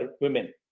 women